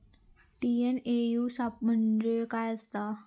TNAU सापलो म्हणजे काय असतां?